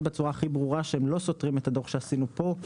בצורה הכי ברורה שהם לא סותרים את הדוח שעשינו פה,